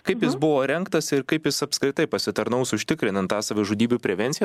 kaip jis buvo rengtas ir kaip jis apskritai pasitarnaus užtikrinant tą savižudybių prevenciją